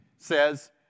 says